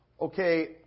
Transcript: Okay